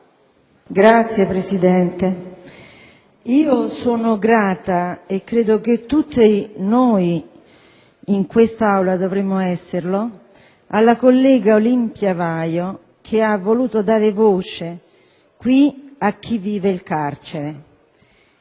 Signor Presidente, sono grata - e credo che tutti, in quest'Aula, dovremmo esserlo - alla collega Olimpia Vano che ha voluto dar voce qui a chi vive il carcere: